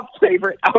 favorite